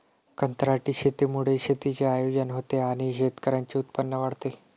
कंत्राटी शेतीमुळे शेतीचे आयोजन होते आणि शेतकऱ्यांचे उत्पन्न वाढते